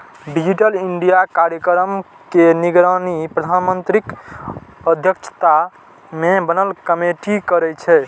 digital India कार्यक्रम के निगरानी प्रधानमंत्रीक अध्यक्षता मे बनल कमेटी करै छै